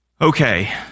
Okay